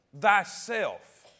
thyself